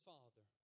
Father